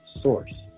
source